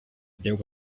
there